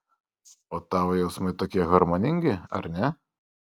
o tavo jausmai tokie harmoningi ar ne